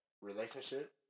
relationship